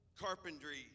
carpentry